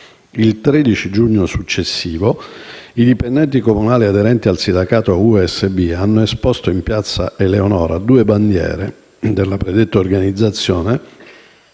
Il 13 giugno successivo, i dipendenti comunali aderenti al sindacato USB hanno esposto in piazza Eleonora due bandiere della predetta organizzazione